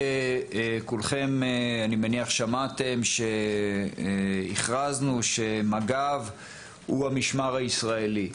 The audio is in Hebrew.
כולכם אני מניח שמעתם שהכרזנו שמג"ב הוא המשמר הישראלי,